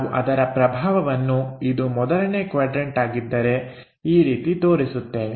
ನಾವು ಅದರ ಪ್ರಭಾವವನ್ನು ಇದು ಮೊದಲನೇ ಕ್ವಾಡ್ರನ್ಟ ಆಗಿದ್ದರೆ ಈ ರೀತಿ ತೋರಿಸುತ್ತೇವೆ